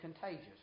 contagious